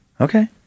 Okay